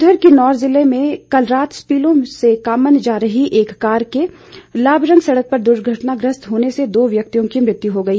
उधर किन्नौर ज़िले में कल रात स्पीलो से कानम जा रही एक कार के लाबरंग सड़क पर दुर्घटनाग्रस्त होने से दो व्यक्तियों की मृत्यु हो गई